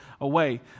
away